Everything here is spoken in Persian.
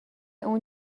اون